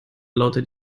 lautet